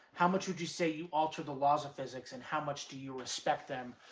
how much would you say you alter the laws of physics, and how much do you respect them?